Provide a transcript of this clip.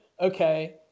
Okay